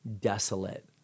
desolate